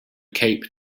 cape